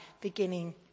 beginning